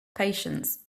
patience